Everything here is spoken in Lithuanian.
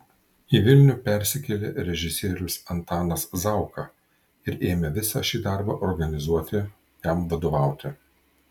į vilnių persikėlė režisierius antanas zauka ir ėmė visą šį darbą organizuoti jam vadovauti